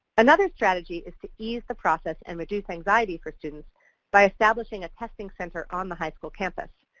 another strategy is to ease the process and reduce anxiety for students by establishing a testing center on the high school campus.